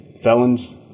Felons